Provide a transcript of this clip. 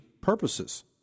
purposes